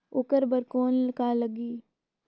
ओकर बर कौन का लगी?